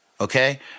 okay